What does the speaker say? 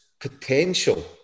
potential